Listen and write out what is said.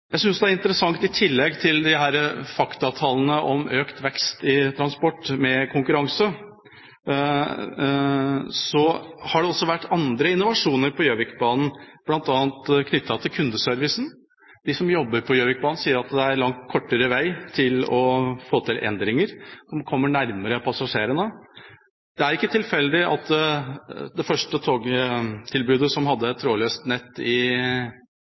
I tillegg til disse faktatallene om økt vekst i transport synes jeg det er interessant med konkurranse. Så har det også vært andre innovasjoner på Gjøvikbanen, bl.a. knyttet til kundeservice. De som jobber på Gjøvikbanene, sier at det er langt kortere vei for å få til endringer. De kommer nærmere passasjerene. Det er ikke tilfeldig at det første togtilbudet der man hadde trådløst nett i